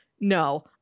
no